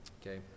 Okay